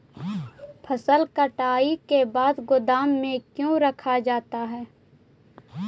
फसल कटाई के बाद गोदाम में क्यों रखा जाता है?